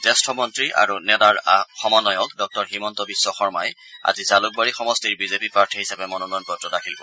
জ্যেষ্ঠ মন্ত্ৰী আৰু নেডাৰ সমন্বয়ক ডঃ হিমন্ত বিশ্ব শৰ্মাই আজি জালুকবাৰী সমষ্টিৰ বিজেপি প্ৰাৰ্থী হিচাপে মনোনয়ন পত্ৰ দাখিল কৰিব